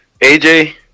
AJ